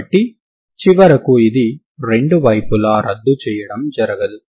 కాబట్టి చివరకు ఇది రెండు వైపులా రద్దు చేయడం జరగదు